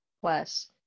plus